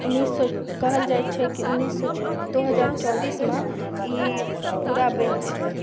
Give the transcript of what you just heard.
उन्नैस सए कहल जाइ छै कि उन्नीस सए दो हजार चौबीसमे ई पूरा बनि जेतय